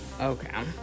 Okay